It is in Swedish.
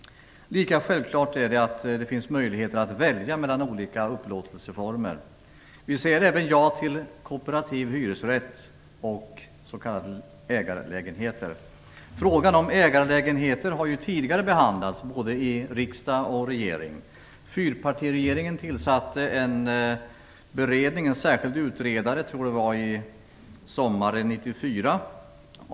Lika självklart är det att det skall finnas möjligheter att välja mellan olika upplåtelseformer. Vi säger även ja till kooperativ hyresrätt och s.k. ägarlägenheter. Frågan om ägarlägenheter har ju tidigare behandlats av både riksdag och regering. Fyrpartiregeringen tillsatte en särskild utredare sommaren 1994.